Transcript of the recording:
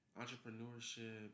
entrepreneurship